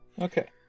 Okay